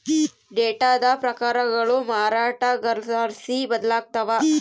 ಡೇಟಾದ ಪ್ರಕಾರಗಳು ಮಾರಾಟಗಾರರ್ಲಾಸಿ ಬದಲಾಗ್ತವ